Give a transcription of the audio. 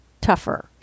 tougher